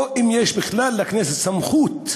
או אם יש בכלל סמכות לכנסת